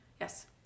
yes